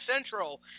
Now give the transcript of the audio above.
Central